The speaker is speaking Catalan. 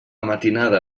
matinada